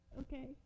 Okay